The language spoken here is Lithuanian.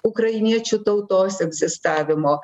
ukrainiečių tautos egzistavimo